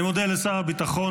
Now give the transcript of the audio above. אני מודה לשר הביטחון.